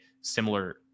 similar –